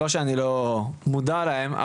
לא שאני לא מודע להם,